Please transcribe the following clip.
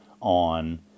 on